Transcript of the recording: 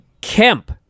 Kemp